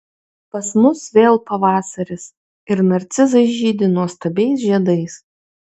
pas mus vėl pavasaris ir narcizai žydi nuostabiais žiedais